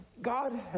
God